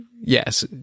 yes